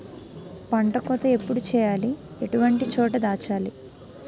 పంట కోత ఎప్పుడు చేయాలి? ఎటువంటి చోట దాచాలి?